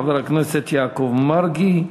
חבר כנסת יעקב מרגי,